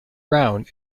round